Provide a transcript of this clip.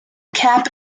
cap